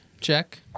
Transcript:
check